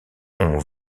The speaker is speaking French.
ont